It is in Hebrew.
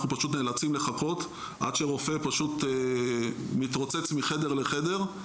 שפשוט אנחנו נאלצים לחכות פעמים עד שרופא פשוט מתרוצץ מחדר לחדר,